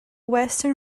western